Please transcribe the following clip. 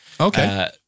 Okay